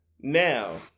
Now